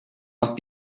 not